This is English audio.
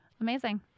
amazing